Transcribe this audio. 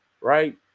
right